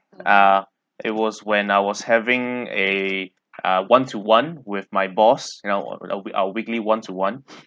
ah it was when I was having a uh one to one with my boss you know our weekly one to one